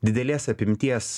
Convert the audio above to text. didelės apimties